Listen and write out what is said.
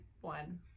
one